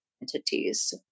entities